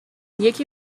یکی